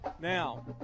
Now